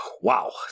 wow